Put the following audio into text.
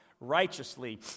Righteously